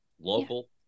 local